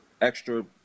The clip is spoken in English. extra